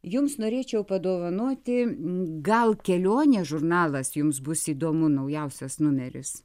jums norėčiau padovanoti gal kelionė žurnalas jums bus įdomu naujausias numeris